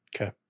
okay